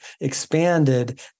expanded